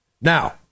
Now